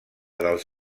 dels